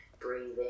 breathing